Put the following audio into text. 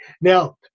Now